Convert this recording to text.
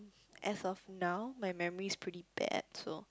as of now my memory is pretty bad so